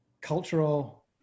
cultural